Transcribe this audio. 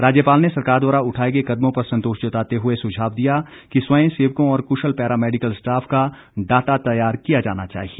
राज्यपाल ने सरकार द्वारा उठाए गए कदमों पर संतोष जताते हुए सुझाव दिया कि स्वयं सेवकों और कुशल पैरा मैडिकल स्टॉफ का डाटा तैयार किया जाना चाहिए